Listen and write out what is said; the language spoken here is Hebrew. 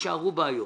יישארו בעיות.